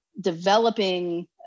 developing